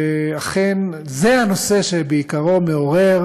ואכן, זה הנושא שבעיקרו מעורר